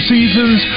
Seasons